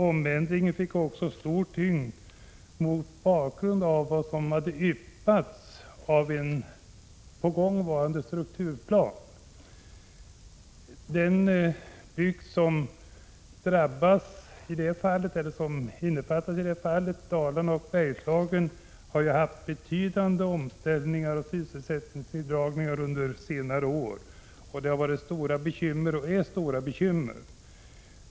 Omändringarna fick också stor tyngd mot bakgrund av vad som yppats av en på gång varande strukturplan. Den bygd som drabbats i detta fall, Dalarna och Bergslagen, har haft betydande omställningar och sysselsättningsneddragningar under senare år. Det har varit och är stora bekymmer.